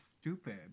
stupid